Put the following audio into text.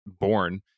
born